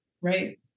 right